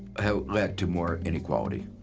have led to more inequality.